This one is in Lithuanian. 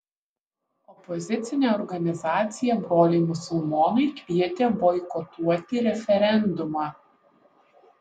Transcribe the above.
opozicinė organizacija broliai musulmonai kvietė boikotuoti referendumą